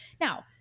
Now